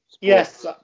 Yes